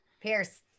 Pierce